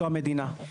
זו המדינה.